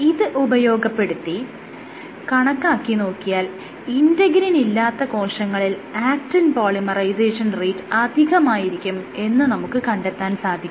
ഇത് ഉപയോഗപ്പെടുത്തി കണക്കാക്കി നോക്കിയാൽ ഇന്റെഗ്രിൻ ഇല്ലാത്ത കോശങ്ങളിൽ ആക്റ്റിൻ പോളിമറൈസേഷൻ റേറ്റ് അധികമായിരിക്കും എന്ന് നമുക്ക് കണ്ടെത്താൻ സാധിക്കും